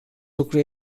lucru